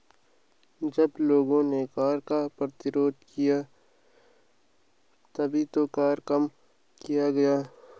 जब लोगों ने कर का प्रतिरोध किया तभी तो कर कम किया गया